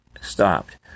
stopped